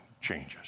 changes